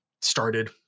started